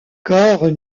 corps